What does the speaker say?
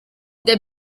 the